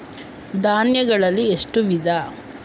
ಧಾನ್ಯಗಳಲ್ಲಿ ಎಷ್ಟು ವಿಧ?